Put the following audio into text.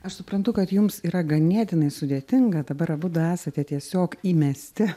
aš suprantu kad jums yra ganėtinai sudėtinga dabar abudu esate tiesiog įmesti